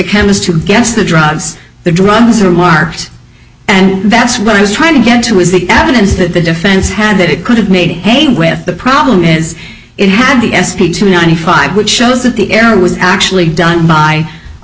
chemist who gets the drugs the drugs are marked and that's what i was trying to get to is the evidence that the defense had that it could have made hay with the problem is it had the s p two ninety five which shows that the error was actually done by a